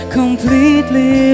completely